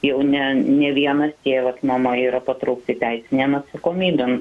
jau ne ne vienas tėvas mama yra patraukti teisinėn atsakomybėn